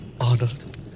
Arnold